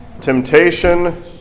temptation